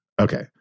Okay